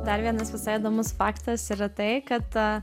dar vienas visai įdomus faktas yra tai kad